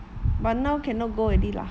but now cannot go already lah